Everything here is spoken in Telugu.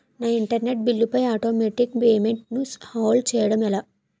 నా ఇంటర్నెట్ బిల్లు పై ఆటోమేటిక్ పేమెంట్ ను హోల్డ్ చేయటం ఎలా?